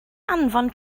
anfon